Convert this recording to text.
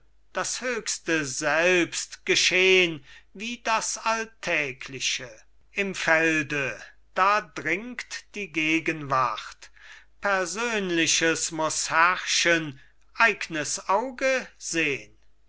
das höchste selbst geschehn wie das alltägliche im felde da dringt die gegenwart persönliches muß herrschen eignes auge sehn